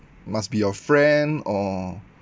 must be your friend or